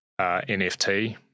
NFT